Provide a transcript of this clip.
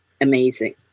amazing